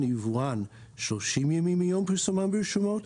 או יבואן 30 ימים מיום פרסומן ברשומות,